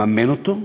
לממן אותו,